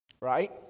right